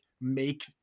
make